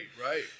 Right